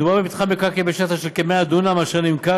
מדובר במתחם מקרקעין בשטח של כ-100 דונם אשר נמכר